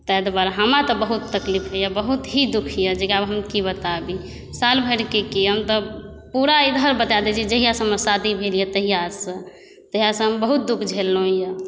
ताहि दुआरे हमरा तऽ बहुत तकलीफ होइया बहुत ही दुःख यऽ जे आब हम की बताबी साल भरिके की आब तऽ पुरा इधर बता दै छी जहिआसँ हमर शादी भेल यऽ तहिआसँ तहिआसँ हम बहुत दुःख झेललहुँ हैं